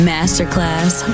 Masterclass